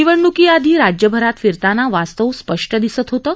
निवडण्कीआधी राज्यभरात फिरताना वास्तव स्पष्ट दिसत होतं